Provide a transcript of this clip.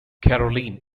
caroline